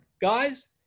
Guys